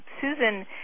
Susan